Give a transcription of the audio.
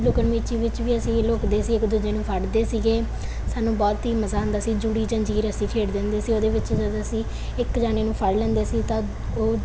ਲੁਕਣ ਮੀਚੀ ਵਿੱਚ ਵੀ ਅਸੀਂ ਲੁਕਦੇ ਸੀ ਇੱਕ ਦੂਜੇ ਨੂੰ ਫੜਦੇ ਸੀਗੇ ਸਾਨੂੰ ਬਹੁਤ ਹੀ ਮਜ਼ਾ ਆਉਂਦਾ ਸੀ ਜੁੜੀ ਜ਼ੰਜੀਰ ਅਸੀਂ ਖੇਡਦੇ ਹੁੰਦੇ ਸੀ ਉਹਦੇ ਵਿੱਚ ਜਦੋਂ ਅਸੀਂ ਇੱਕ ਜਣੇ ਨੂੰ ਫੜ ਲੈਂਦੇ ਸੀ ਤਾਂ ਉਹ